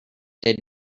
did